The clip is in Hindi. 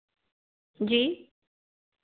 जी